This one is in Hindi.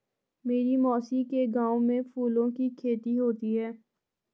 मेरी मौसी के गांव में फूलों की खेती होती है